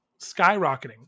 Skyrocketing